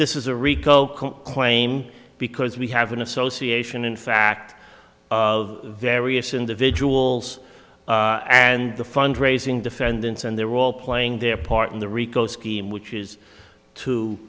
this is a rico claim because we have an association in fact of various individuals and the fund raising defendants and they're all playing their part in the rico scheme which is to